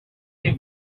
ter